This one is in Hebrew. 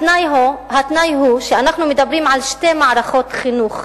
התנאי הוא שאנחנו מדברים על שתי מערכות חינוך,